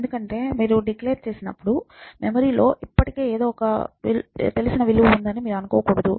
ఎందుకంటే మీరు డిక్లేర్ చేసినప్పుడు మెమరీలో ఇప్పటికే ఎదో ఒక తెలిసిన విలువ ఉందని మీరు అనుకోకూడదు